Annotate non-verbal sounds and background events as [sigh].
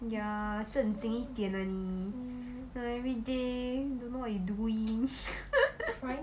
ya 正经一点啦你 ha everyday don't know what you doing [laughs]